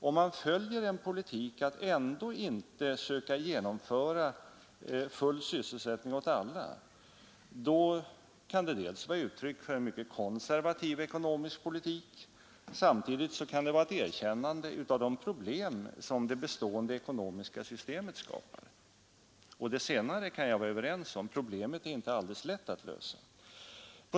Om man följer linjen att ändå inte försöka genomföra full sysselsättning, kan det dels vara uttryck för en mycket konservativ ekonomisk politik, dels vara ett erkännande av de problem som det bestående ekonomiska systemet skapar. Det senare kan jag instämma i; problemet är inte alldeles lätt att lösa.